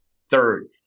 third